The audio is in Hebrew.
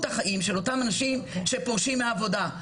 החיים של אותם אנשים שפורשים מהעבודה.